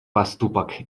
поступок